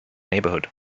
neighborhood